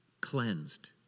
cleansed